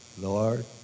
Lord